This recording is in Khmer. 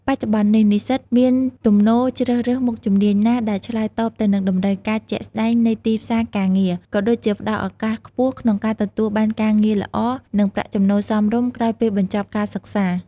បច្ចុប្បន្ននេះ និស្សិតមានទំនោរជ្រើសរើសមុខជំនាញណាដែលឆ្លើយតបទៅនឹងតម្រូវការជាក់ស្តែងនៃទីផ្សារការងារ ក៏ដូចជាផ្ដល់ឱកាសខ្ពស់ក្នុងការទទួលបានការងារល្អ និងប្រាក់ចំណូលសមរម្យក្រោយពេលបញ្ចប់ការសិក្សា។